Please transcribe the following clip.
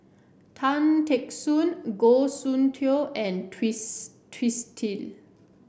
Tan Teck Soon Goh Soon Tioe and Twiss Twisstii